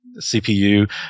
CPU